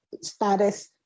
status